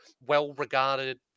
well-regarded